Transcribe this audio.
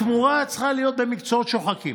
התמורה צריכה להיות במקצועות שוחקים.